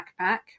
backpack